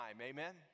Amen